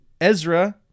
Ezra